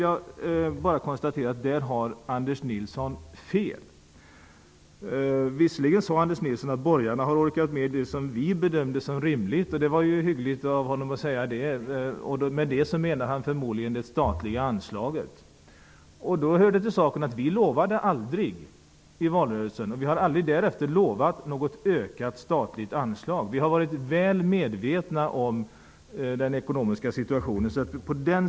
Jag konstaterar att Anders Nilsson har fel. Visserligen sade Anders Nilsson att borgarna orkade med det som Socialdemokraterna bedömde var rimligt. Det var hyggligt av honom att säga så. Med detta menar han förmodligen det statliga anslaget. Men det hör till saken att vi lovade aldrig i valrörelsen, och har därefter aldrig lovat, något ökat statligt anslag. Vi har varit väl medvetna om den ekonomiska situationen.